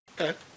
Okay